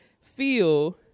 feel